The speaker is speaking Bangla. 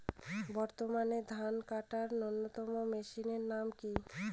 বর্তমানে ধান কাটার অন্যতম মেশিনের নাম কি?